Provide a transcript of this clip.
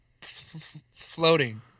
Floating